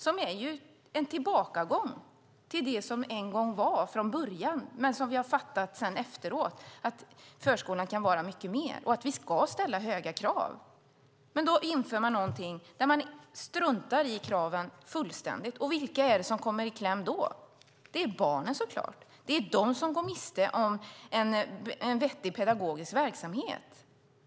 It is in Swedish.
Det är en tillbakagång till det som en gång var från början. Vi har förstått efteråt att förskolan kan vara mycket mer. Vi ska ställa höga krav. Då inför man någonting där man struntar fullständigt i kraven. Vilka är det som då kommer i kläm? Det är så klart barnen. Det är de som går miste om en vettig pedagogisk verksamhet.